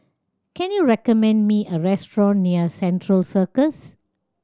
can you recommend me a restaurant near Central Circus